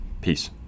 peace